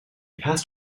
passed